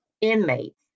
inmates